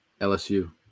LSU